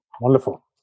Wonderful